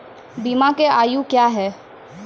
बीमा के आयु क्या हैं?